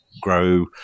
grow